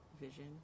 Vision